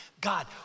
God